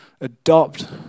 adopt